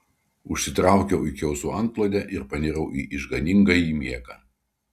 užsitraukiau iki ausų antklodę ir panirau į išganingąjį miegą